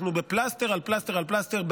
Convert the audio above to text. אנחנו בפלסטר על פלסטר על פלסטר,